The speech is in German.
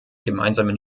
gemeinsamen